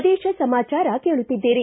ಪ್ರದೇಶ ಸಮಾಚಾರ ಕೇಳುತ್ತಿದ್ದೀರಿ